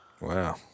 Wow